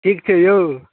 ठीक छै यौ